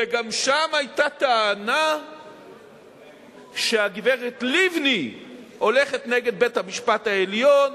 וגם שם היתה טענה שהגברת לבני הולכת נגד בית-המשפט העליון,